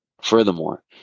Furthermore